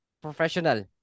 professional